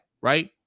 right